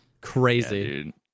Crazy